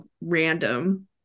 random